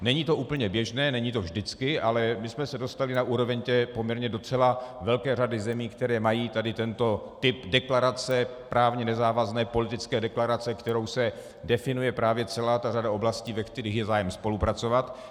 Není to úplně běžné, není to vždycky, ale my jsme se dostali na úroveň té poměrně docela velké řady zemí, které mají tady tento typ deklarace, právně nezávazné politické deklarace, kterou se definuje právě celá řada oblastí, ve kterých je zájem spolupracovat.